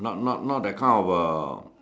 not not not that kind of uh